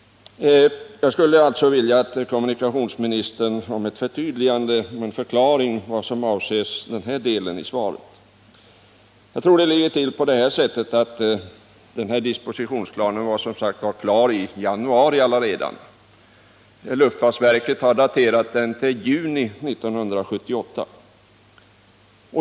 Jag skulle vilja be kommunikationsministern om ett förtydligande, en förklaring av vad som avses med den här delen av svaret. Jag tror det ligger till på det här sättet: Dispositionsplanen var klar redan i januari. Luftfartsverket har daterat den till juni 1978.